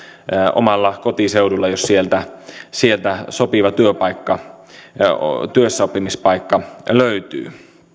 omalla kotiseudulla jos sieltä sieltä sopiva työssäoppimispaikka löytyy